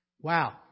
Wow